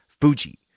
Fuji